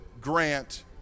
grant